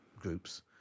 groups